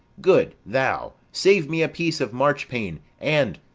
good thou, save me a piece of marchpane and,